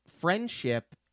friendship